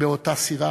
באותה סירה.